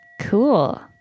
Cool